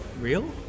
real